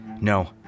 No